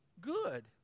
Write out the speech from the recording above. good